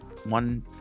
one